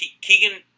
Keegan